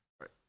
Right